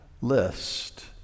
list